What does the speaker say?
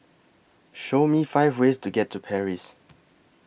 Show Me five ways to get to Paris